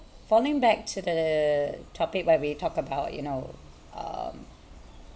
falling back to the topic where we talked about you know um